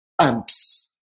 Amps